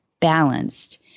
balanced